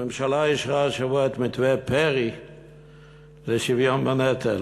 הממשלה אישרה השבוע את מתווה פרי לשוויון בנטל.